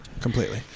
completely